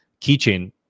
keychain